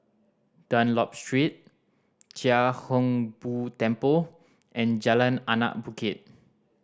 Dunlop Street Chia Hung Boo Temple and Jalan Anak Bukit